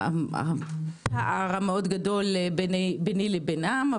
למרות הפער הגדול מאוד ביני לביניהם.